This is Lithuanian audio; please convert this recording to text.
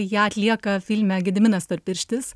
ją atlieka filme gediminas storpirštis